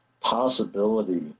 possibility